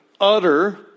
utter